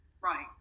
right